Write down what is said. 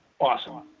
awesome